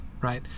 right